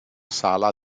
sala